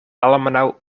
almenaŭ